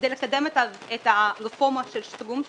כדי לקדם את הרפורמות של שטרום,